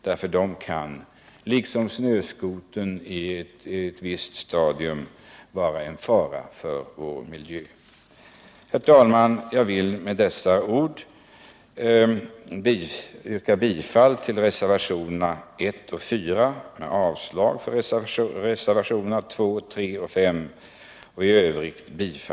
De kan nämligen, liksom snöskotrarna, i vissa avseenden innebära en fara för vår miljö. Herr talman! Jag vill med dessa ord yrka bifall till reservationerna 1 och 4,